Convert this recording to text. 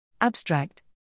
Abstract